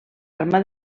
arma